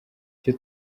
icyo